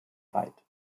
weit